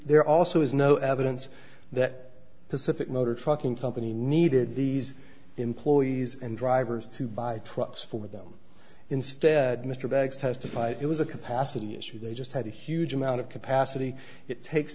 there also is no evidence that pacific motor trucking company needed these employees and drivers to buy trucks for them instead mr bags testified it was a capacity issue they just had a huge amount of capacity it takes